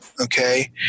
Okay